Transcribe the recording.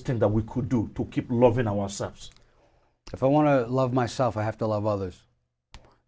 still that we could do to keep loving ourselves if i want to love myself i have to love others